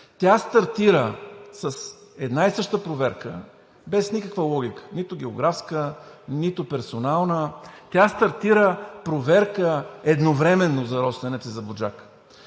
тя стартира с една и съща проверка – без никаква логика, нито географска, нито персонална. Тя стартира проверка едновременно за „Росенец“ и за „Буджака“.